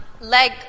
leg